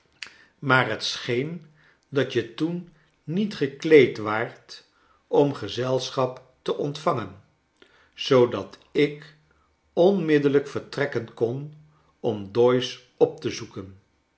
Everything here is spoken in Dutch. maar het scheen dat je toen niet gekleed waart om gezelschap te ontvangen zoodat ik onmiddellijk vertrekken kon om doyce op te zoeken